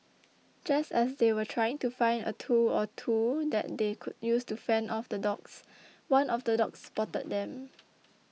just as they were trying to find a tool or two that they could use to fend off the dogs one of the dogs spotted them